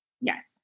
Yes